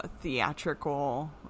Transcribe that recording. theatrical